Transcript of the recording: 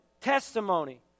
testimony